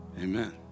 amen